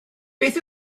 beth